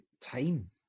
time